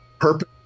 purpose